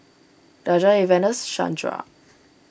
Daja Evander Shandra